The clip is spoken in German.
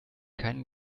keinen